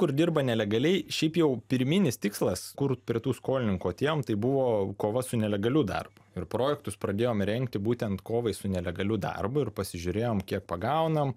kur dirba nelegaliai šiaip jau pirminis tikslas kur prie tų skolininkų atėjom tai buvo kova su nelegaliu darbu ir projektus pradėjom rengti būtent kovai su nelegaliu darbu ir pasižiūrėjom kiek pagaunam